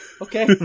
Okay